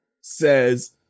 says